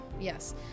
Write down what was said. Yes